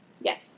Yes